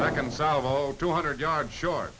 i can solve all two hundred yards short